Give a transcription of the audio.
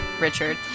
Richard